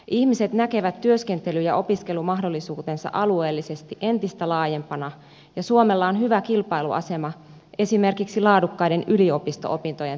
ihmiset näkevät työskentely ja opiskelumahdollisuutensa alueellisesti entistä laajempana ja suomella on hyvä kilpailuasema esimerkiksi laadukkaiden yliopisto opintojen tarjoajana